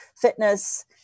fitness